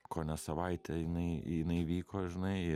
kone savaitę jinai jinai vyko žinai